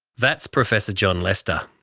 that's professor john lester,